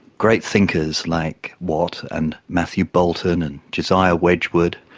great thinkers like watt and matthew boulton and josiah wedgwood,